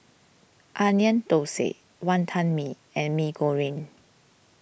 Onion Thosai Wantan Mee and Mee Goreng